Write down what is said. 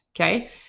Okay